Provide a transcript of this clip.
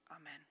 Amen